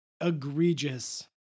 egregious